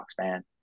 man